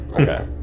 Okay